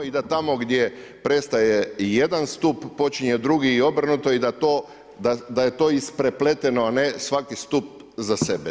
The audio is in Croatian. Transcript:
I da tamo gdje prestaje jedan stup počinje drugi i obrnuto i da to, da je to isprepleteno a ne svaki stup za sebe.